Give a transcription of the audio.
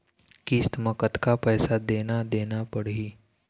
किस्त म कतका पैसा देना देना पड़ही?